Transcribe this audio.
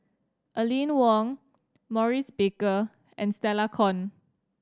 Aline Wong Maurice Baker and Stella Kon